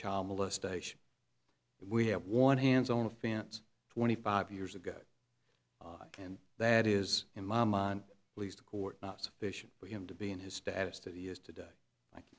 child molestation we have won hands on offense twenty five years ago and that is in my mind at least a court not sufficient for him to be in his status that he is today